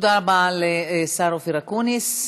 תודה רבה לשר אופיר אקוניס.